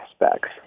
aspects